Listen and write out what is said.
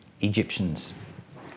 Egyptians